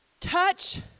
touch